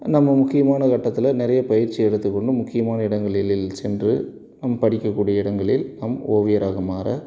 நம்ம முக்கியமான கட்டத்தில் நிறைய பயிற்சி எடுத்துக்கொண்டு முக்கியமான இடங்களிலில் சென்று நாம் படிக்கக்கூடிய இடங்களில் நாம் ஓவியராக மாற